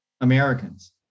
Americans